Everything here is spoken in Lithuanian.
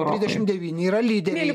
trisdešimt devyni yra lyderiai